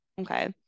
okay